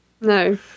No